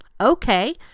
Okay